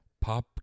Pop